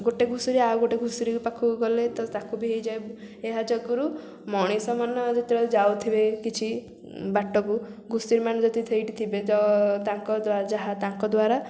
ଗୋଟେ ଘୁଷୁରୀ ଆଉ ଗୋଟେ ଘୁଷୁରୀ ପାଖକୁ ଗଲେ ତ ତାକୁ ବି ହେଇଯାଏ ଏହା ଯୋଗୁଁ ମଣିଷମାନେ ଯେତେବେଳେ ଯାଉଥିବେ କିଛି ବାଟକୁ ଘୁଷୁରୀମାନେ ଯଦି ସେଇଠି ଥିବେ ତ ତାଙ୍କ ଦ୍ୱାରା ଯାହା ତାଙ୍କ ଦ୍ୱାରା